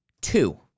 two